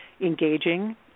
engaging